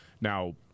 Now